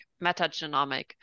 metagenomic